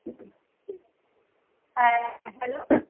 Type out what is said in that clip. হ্যাঁ হ্যালো